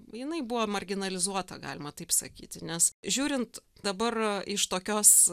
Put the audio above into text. jinai buvo marginalizuota galima taip sakyti nes žiūrint dabar iš tokios